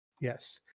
Yes